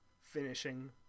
finishing